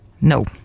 No